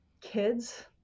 kids